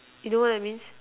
you know what I mean